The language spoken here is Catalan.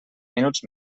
minuts